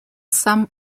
some